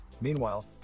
Meanwhile